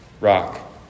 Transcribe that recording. rock